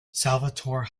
salvatore